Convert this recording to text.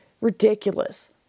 ridiculous